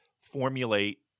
formulate